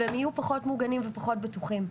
והם יהיו פחות מוגנים ופחות בטוחים.